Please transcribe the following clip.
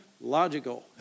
logical